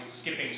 skipping